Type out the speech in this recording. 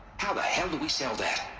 how the hell do we sell that?